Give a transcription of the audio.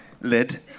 lid